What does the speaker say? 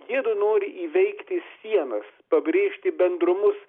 jiedu nori įveikti sienas pabrėžti bendrumus